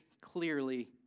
clearly